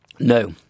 No